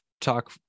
talk